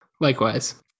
Likewise